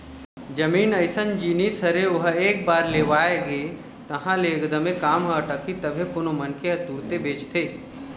जमीन अइसन जिनिस हरे ओहा एक बार लेवा गे तहाँ ले एकदमे काम ह अटकही तभे कोनो मनखे ह तुरते बेचथे